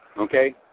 Okay